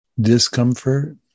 discomfort